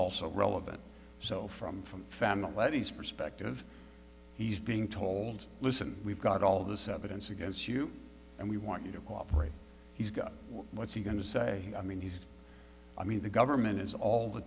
also relevant so from from family levy's perspective he's being told listen we've got all this evidence against you and we want you to cooperate he's got what's he going to say i mean he's i mean the government is all the